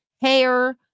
hair